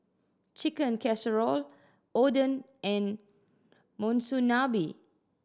Chicken Casserole Oden and Monsunabe